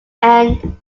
end